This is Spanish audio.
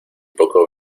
poco